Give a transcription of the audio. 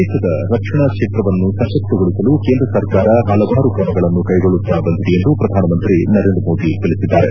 ದೇಶದ ರಕ್ಷಣಾ ಕ್ಷೇತ್ರವನ್ನು ಸಶಕ್ತಗೊಳಿಸಲು ಕೇಂದ್ರ ಸರ್ಕಾರ ಹಲವಾರು ಕ್ರಮಗಳನ್ನು ಕೈಗೊಳ್ಳುತ್ತ ಬಂದಿದೆ ಎಂದು ಪ್ರಧಾನಮಂತ್ರಿ ನರೇಂದ್ರ ಮೋದಿ ತಿಳಿಸಿದ್ದಾರೆ